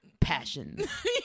passions